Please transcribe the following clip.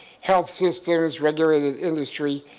health systems regulated industry,